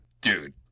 Dude